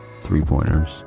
three-pointers